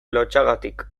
lotsagatik